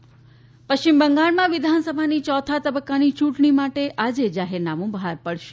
વિધાનસભા ચૂંટણી પશ્ચિમ બંગાળમાં વિધાનસભાની ચોથા તબક્કાની ચૂંટણી માટે આજે જાહેરનામું બહાર પડશે